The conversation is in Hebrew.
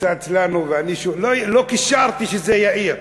שצץ לנו, ולא קישרתי שזה יאיר.